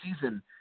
season